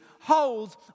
holds